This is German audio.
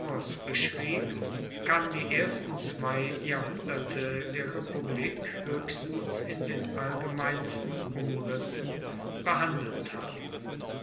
beschrieb kann die ersten zwei jahrhunderte der republik hoechstens in den allgemeinsten umrissen behandelt haben